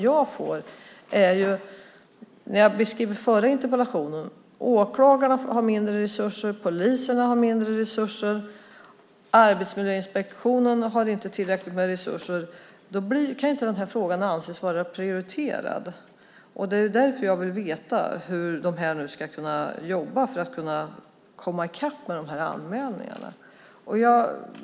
Jag beskrev i förra interpellationen att åklagarna har mindre resurser, att polisen har mindre resurser och att Arbetsmiljöinspektionen inte har tillräckligt med resurser. Då kan inte den här frågan anses vara prioriterad. Det är därför jag vill veta hur de ska kunna jobba för att kunna komma i kapp med anmälningarna.